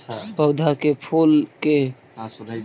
पौधा के फुल के न गिरे ला का करि?